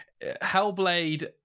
Hellblade